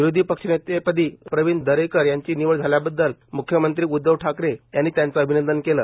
विरोधी पक्षनेते पदी प्रवीण दरडकर यांची निवड झाल्याबददल म्ख्यमंत्री उदधव ठाकरे यांनी त्यांचं अभिनंदन केलं